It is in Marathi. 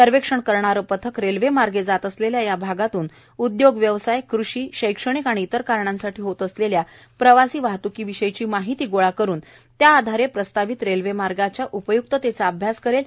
सर्वेक्षण करणारं पथक रेल्वेमार्ग जात असलेल्या या भागातून उदयोग व्यवसाय कृषी शैक्षणिक आणि इतर कारणांसाठी होत असलेल्या प्रवासी वाहत्की विषयीची माहिती गोळा करून त्याआधारे प्रस्तावित रेल्वे मार्गाच्या उपयुक्ततेचा अभ्यास करेल